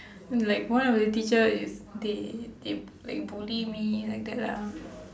like one of the teacher is they they b~ like bully me like that lah